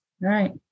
Right